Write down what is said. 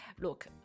look